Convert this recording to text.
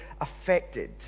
affected